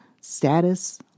status